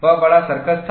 वह बड़ा सर्कस था